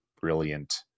brilliant